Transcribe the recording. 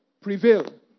Prevail